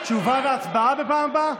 תשובה והצבעה בפעם הבאה?